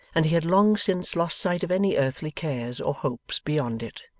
and he had long since lost sight of any earthly cares or hopes beyond it.